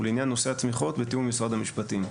ולעניין נושא התמיכות בתיאום עם משרד המשפטים,